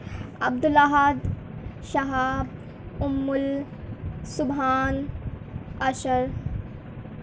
Abdul Ahad Shahab Amal Subhan Ashhar